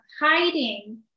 hiding